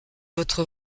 votre